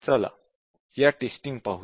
चला या टेक्निक्स पाहूया